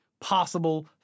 possible